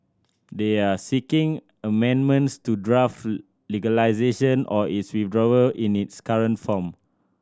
they are seeking amendments to draft legislation or its withdrawal in its current form